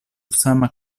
sama